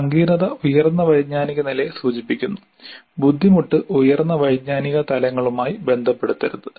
സങ്കീർണ്ണത ഉയർന്ന വൈജ്ഞാനിക നിലയെ സൂചിപ്പിക്കുന്നു ബുദ്ധിമുട്ട് ഉയർന്ന വൈജ്ഞാനിക തലങ്ങളുമായി ബന്ധപ്പെടുത്തരുത്